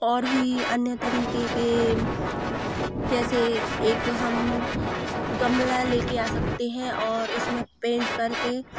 और भी अन्य तरीके के जैसे एक हम गमला लेके आ सकते हैं और उसमें पेंट करके